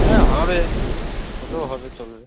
হ্যাঁ হবে ওটাও হবে চলবে